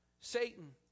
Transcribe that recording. Satan